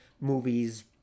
Movies